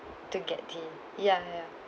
to get tea ya ya